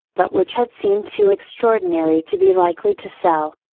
but which had seemed too extraordinary to be likely to sell.